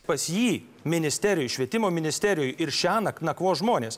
pas jį ministerijoj švietimo ministerijoje ir šiąnakt nakvos žmonės